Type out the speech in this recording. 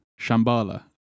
Shambhala